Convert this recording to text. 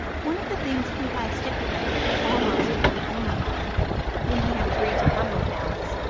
one of the things he had stipulated almost the only one when he had agreed to come with dallas,